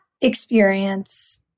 experience